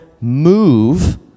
move